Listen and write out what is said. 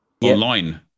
online